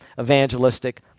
evangelistic